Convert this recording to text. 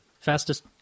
Fastest